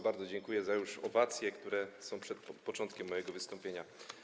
Bardzo dziękuję za owacje, które są już przed początkiem mojego wystąpienia.